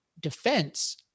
defense